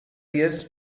jest